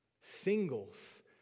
Singles